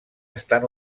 estan